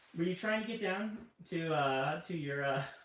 were you trying to get down to to your